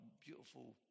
beautiful